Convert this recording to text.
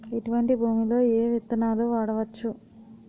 ఎటువంటి భూమిలో ఏ విత్తనాలు వాడవచ్చు?